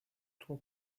toit